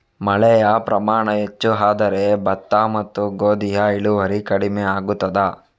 ಮಳೆಯ ಪ್ರಮಾಣ ಹೆಚ್ಚು ಆದರೆ ಭತ್ತ ಮತ್ತು ಗೋಧಿಯ ಇಳುವರಿ ಕಡಿಮೆ ಆಗುತ್ತದಾ?